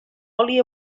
oli